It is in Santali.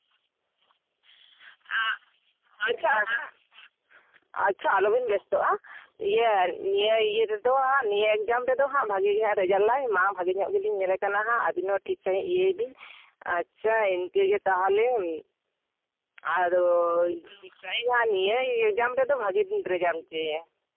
ᱟᱪᱪᱷᱟ ᱟᱪᱪᱷᱟ ᱟᱪᱪᱷᱟ ᱟᱞᱚᱵᱤᱱ ᱵᱮᱥᱛᱚᱜᱼᱟ ᱱᱤᱭᱟᱹ ᱤᱭᱟᱹ ᱨᱮᱫᱚ ᱱᱤᱭᱟᱹ ᱮᱠᱡᱟᱢ ᱨᱮᱫᱚ ᱦᱟᱸᱜ ᱵᱷᱟᱹᱜᱤ ᱜᱮ ᱦᱟᱸᱜ ᱨᱮᱡᱟᱞᱴᱟᱭ ᱢᱟ ᱵᱷᱟᱹᱜᱤ ᱧᱚᱜ ᱡᱩᱫᱤᱧ ᱧᱮᱞᱮ ᱠᱟᱱᱟ ᱦᱟᱜ ᱟᱹᱵᱤᱱ ᱦᱚᱸ ᱴᱷᱤᱠ ᱥᱟᱺᱦᱤᱡ ᱤᱭᱟᱹᱭ ᱵᱤᱱ ᱟᱪᱪᱷᱟ ᱤᱱᱠᱟᱹᱜᱮ ᱛᱟᱦᱞᱮ ᱟᱫᱚ ᱪᱮᱥᱴᱟᱭᱟᱹᱧ ᱦᱟᱸᱜ ᱱᱤᱭᱟᱹ ᱮᱠᱡᱟᱢ ᱨᱮᱫᱚ ᱵᱷᱟᱜᱮᱞᱤᱧ ᱨᱮᱡᱟᱞᱴ ᱦᱚᱪᱚᱭᱮᱭᱟ